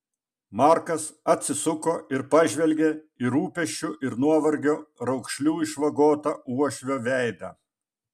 markas atsisuko ir pažvelgė į rūpesčių ir nuovargio raukšlių išvagotą uošvio veidą